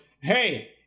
hey